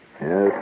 Yes